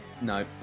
No